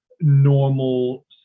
normal